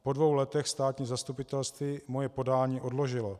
Po dvou letech státní zastupitelství moje podání odložilo.